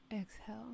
exhale